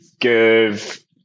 give